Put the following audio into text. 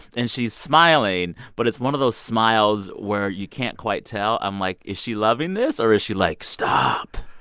and she's smiling, but it's one of those smiles where you can't quite tell. i'm like, is she loving this, or is she like, stop?